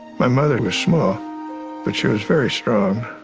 my mother was small but she was very strong.